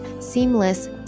seamless